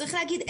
צריך להגיד,